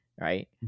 right